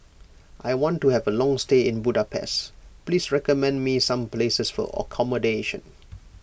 I want to have a long stay in Budapest please recommend me some places for accommodation